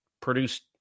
produced